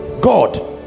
god